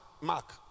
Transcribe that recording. mark